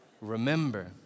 Remember